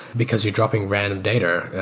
because you're dropping random data,